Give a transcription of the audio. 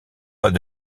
pas